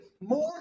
more